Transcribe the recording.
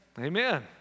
Amen